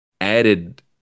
Added